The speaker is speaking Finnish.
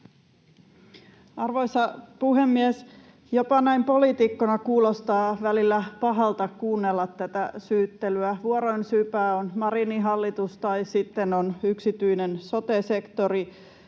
Arvoisa puhemies! Jopa näin poliitikkona kuulostaa välillä pahalta kuunnella tätä syyttelyä. Vuoroin syypää on Marinin hallitus tai yksityinen sote-sektori